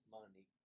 money